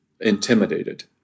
intimidated